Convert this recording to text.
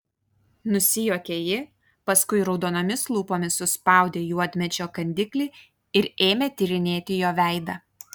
nusijuokė ji paskui raudonomis lūpomis suspaudė juodmedžio kandiklį ir ėmė tyrinėti jo veidą